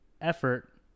effort